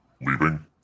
leaving